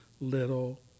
little